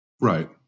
Right